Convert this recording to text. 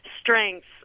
strengths